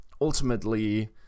ultimately